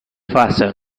face